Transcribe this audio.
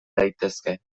daitezke